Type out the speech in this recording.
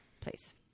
Please